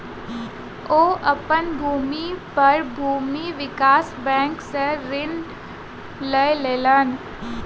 ओ अपन भूमि पर भूमि विकास बैंक सॅ ऋण लय लेलैन